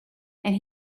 and